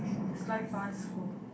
his life bar is full